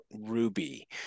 Ruby